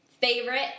favorite